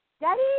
Daddy